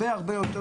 ואלה לא היחידים,